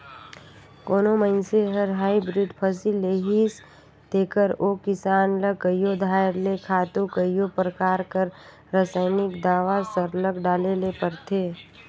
कोनो मइनसे हर हाईब्रिड फसिल लेहिस तेकर ओ किसान ल कइयो धाएर ले खातू कइयो परकार कर रसइनिक दावा सरलग डाले ले परथे